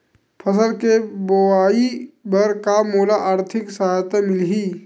फसल के बोआई बर का मोला आर्थिक सहायता मिलही?